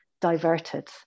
diverted